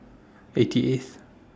eighty eighth